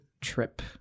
trip